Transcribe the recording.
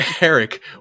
Eric